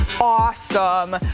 awesome